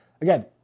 Again